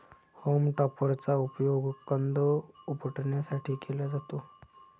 home टॉपरचा उपयोग कंद उपटण्यासाठी केला जातो